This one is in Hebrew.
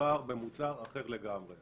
מדובר במוצר אחר לגמרי.